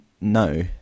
no